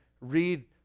read